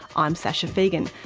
i'm sasha fegan.